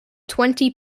twenty